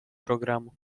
programu